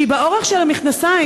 שהיא באורך של המכנסיים,